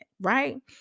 right